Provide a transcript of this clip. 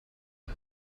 but